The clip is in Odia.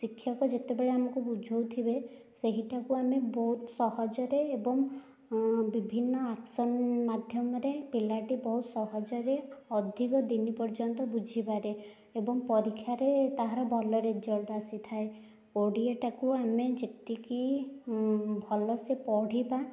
ଶିକ୍ଷକ ଯେତେବେଳେ ଆମକୁ ବୁଝାଉଥିବେ ସେହିଟାକୁ ଆମେ ବହୁତ ସହଜରେ ଏବଂ ବିଭିନ୍ନ ଆକ୍ସନ ମାଧ୍ୟମରେ ପିଲାଟି ବହୁତ ସହଜରେ ଅଧିକ ଦିନ ପର୍ଯ୍ୟନ୍ତ ବୁଝିପାରେ ଏବଂ ପରୀକ୍ଷାରେ ତାହାର ଭଲ ରେଜଲ୍ଟ ଆସିଥାଏ ଓଡ଼ିଆଟାକୁ ଅମେ ଯେତିକି ଭଲସେ ପଢ଼ିବା